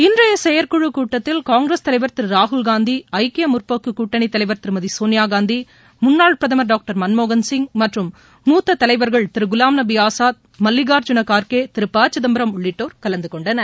இன்றைய செயற்குழுக் கூட்டத்தில் காங்கிரஸ் தலைவர் திரு ராகுல்காந்தி ஐக்கிய முற்போக்கு கூட்டணித் தலைவர் திருமதி சோனியாகாந்தி முன்னாள் பிரதமர் டாக்டர் மன்மோகன் சிங் மற்றும் மூத்த தலைவர்கள்கள் திரு குலாம் நபி ஆஸாத் மல்லிகார்ஜூன கார்கே திரு ப சிதம்பரம் உள்ளிட்டோர் கலந்து கொண்டனர்